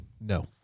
No